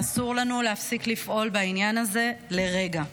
אסור לנו להפסיק לפעול בעניין הזה לרגע.